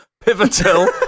Pivotal